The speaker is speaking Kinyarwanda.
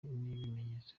n’ibimenyetso